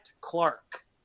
Clark